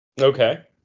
Okay